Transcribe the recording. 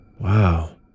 wow